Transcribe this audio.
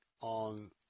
on